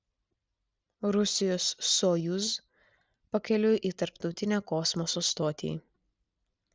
rusijos sojuz pakeliui į tarptautinę kosmoso stotį